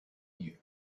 lieux